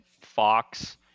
Fox